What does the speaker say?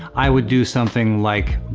i would do something like,